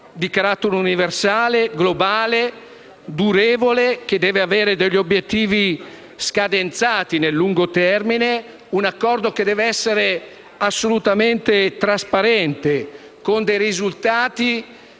di carattere universale, globale e durevole, che deve avere degli obiettivi scadenzati nel lungo termine: un Accordo che deve essere assolutamente trasparente e tutti